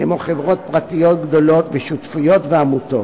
כמו חברות פרטיות גדולות ושותפויות ועמותות,